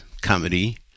comedy